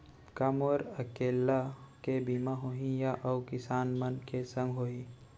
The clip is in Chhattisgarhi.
का मोर अकेल्ला के बीमा होही या अऊ किसान मन के संग होही?